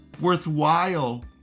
worthwhile